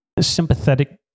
sympathetic